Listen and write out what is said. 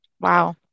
Wow